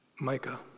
Micah